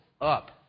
up